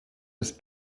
bis